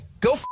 go